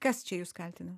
kas čia jus kaltina